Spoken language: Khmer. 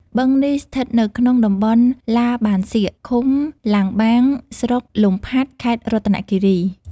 បឹងនេះស្ថិតនៅក្នុងតំបន់ឡាបានសៀក ឃុំឡាំងបាង ស្រុកលំផាត់ ខេត្តរតនគិរី។